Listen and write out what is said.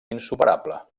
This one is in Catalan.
insuperable